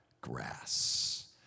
grass